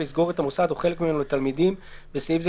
לסגור את המוסד או חלק ממנו לתלמידים (בסעיף זה,